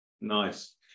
Nice